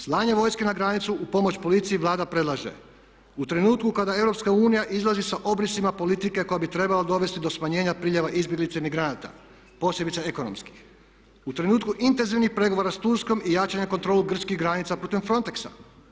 Slanje vojske na granicu u pomoć policiji Vlada predlaže u trenutku kada EU izlazi sa obrisima politike koja bi trebala dovesti do smanjenja priljeva izbjeglica i migranata posebice ekonomskih, u trenutku intenzivnih pregovora s Turskom i jačanja kontrole grčkih granica putem Frontexa.